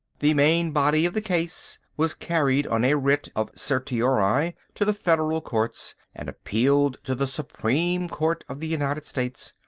the main body of the case was carried on a writ of certiorari to the federal courts and appealed to the supreme court of the united states.